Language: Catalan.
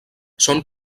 són